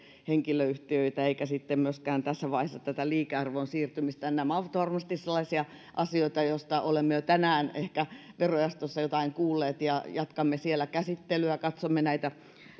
henkilöyhtiöitä eikä sitten myöskään tässä vaiheessa tätä liikearvon siirtymistä ja nämä ovat varmasti sellaisia asioita joista olemme ehkä jo tänään verojaostossa jotain kuulleet ja jatkamme siellä käsittelyä katsomme näitä